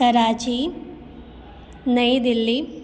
Karachi New Delhi